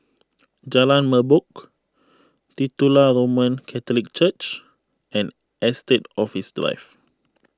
Jalan Merbok Titular Roman Catholic Church and Estate Office Drive